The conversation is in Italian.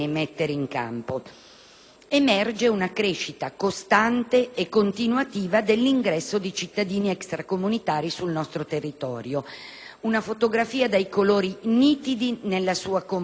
emerge una crescita costante e continuativa dell'ingresso di cittadini extracomunitari sul nostro territorio. Una fotografia dai colori nitidi nella sua componente regolare;